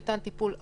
ניתן טיפול אקוטי.